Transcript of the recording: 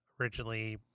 originally